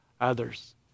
others